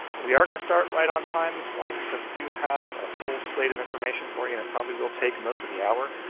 we are going to start right on time this morning, because we do have a full slate of information for you, and it probably will take most of the hour.